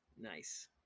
Nice